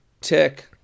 Tick